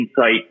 insight